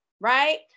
right